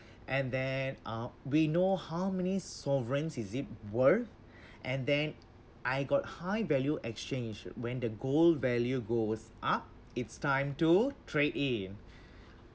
and there uh we know how many sovereign is it worth and then I got high value exchange when the gold value goes up it's time to trade in